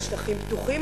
על שטחים פתוחים.